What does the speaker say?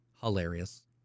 hilarious